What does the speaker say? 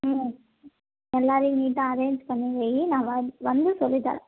ம் எல்லோரையும் நீட்டா அரேஞ்ச் பண்ணி வை நான் வ வந்து சொல்லித்தரேன்